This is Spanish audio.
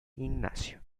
ignacio